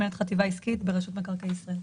מנהלת החטיבה העסקית ברשות מקרקעי ישראל.